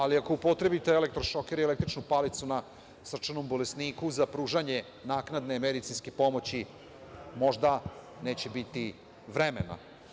Ali, ako upotrebite elektro-šoker i električnu palicu na srčanom bolesniku za pružanje naknadne medicinske pomoći, možda neće biti vremena.